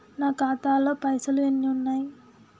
నా ఖాతాలో పైసలు ఎన్ని ఉన్నాయి?